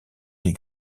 des